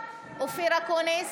אופיר אקוניס,